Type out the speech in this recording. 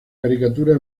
caricatura